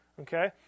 Okay